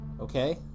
Okay